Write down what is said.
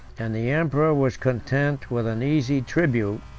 and the emperor was content with an easy tribute,